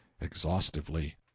exhaustively